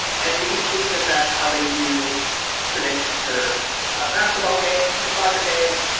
and you can see that that's how they do predictions for basketball games for soccer games.